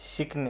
शिकणे